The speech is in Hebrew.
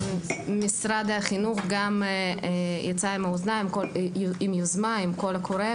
משרד החינוך גם יצא עם יוזמה עם קול קורא